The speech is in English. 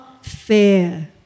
Fair